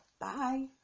Bye